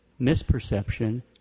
misperception